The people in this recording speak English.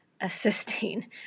assisting